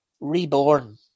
reborn